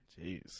Jeez